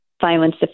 violence